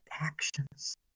actions